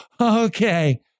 Okay